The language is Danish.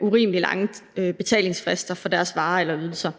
urimelig lange betalingsfrister for deres varer eller ydelser.